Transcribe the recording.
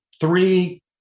three